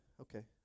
Okay